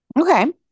Okay